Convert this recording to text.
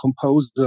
composer